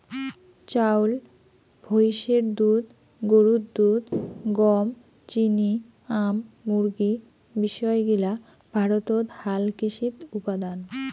চাউল, ভৈষের দুধ, গরুর দুধ, গম, চিনি, আম, মুরগী বিষয় গিলা ভারতত হালকৃষিত উপাদান